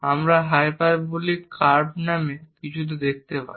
আমরা hyperbolic curve নামে কিছু দেখতে পাই